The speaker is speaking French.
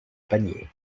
paniers